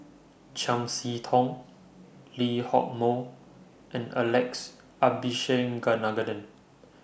Chiam See Tong Lee Hock Moh and Alex